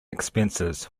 expenses